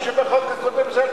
חבר הכנסת כרמל שאמה,